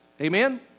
Amen